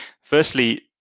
firstly